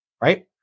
Right